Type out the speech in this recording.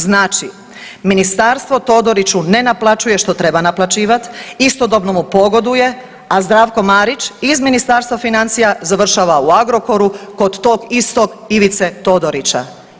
Znači, Ministarstvo Todoriću ne naplaćuje što treba naplaćivat, istodobno mu pogoduje, a Zdravko Marić iz Ministarstva financija završava u Agrokoru, kod tog istog Ivice Todorića.